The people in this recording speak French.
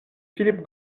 philippe